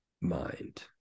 mind